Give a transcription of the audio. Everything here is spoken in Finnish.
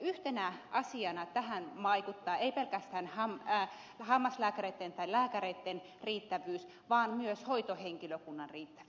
yhtenä asiana tähän vaikuttaa ei pelkästään hammaslääkäreitten tai lääkäreitten riittävyys vaan myös hoitohenkilökunnan riittävyys